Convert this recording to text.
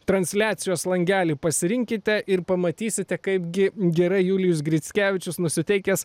transliacijos langelį pasirinkite ir pamatysite kaip gi gerai julijus grickevičius nusiteikęs